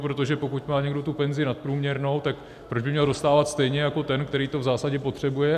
Protože pokud má někdo penzi nadprůměrnou, tak proč by měl dostávat stejně jako ten, který to v zásadě potřebuje.